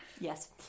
Yes